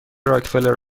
راکفلر